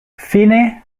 fine